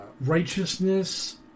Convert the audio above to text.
righteousness